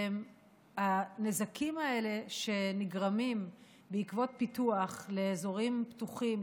הנזקים האלה שנגרמים בעקבות פיתוח לאזורים פתוחים,